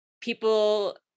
people